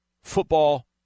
football